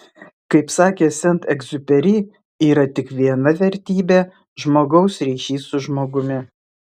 kaip sakė sent egziuperi yra tik viena vertybė žmogaus ryšys su žmogumi